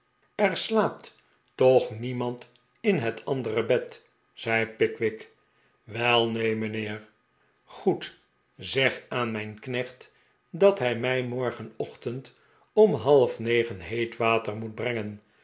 er slaapt toch niemand in het andere bed zei pickwick wel neen mijnheer goed zeg aan mijn knecht dat hij mij morgenochtend om halfnegen heet water moet brengen